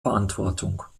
verantwortung